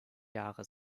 jahre